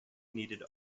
needed